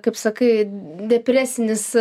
kaip sakai depresinis